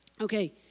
Okay